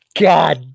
god